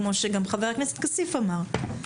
כפי שחבר הכנסת כסיף אמר?